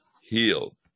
healed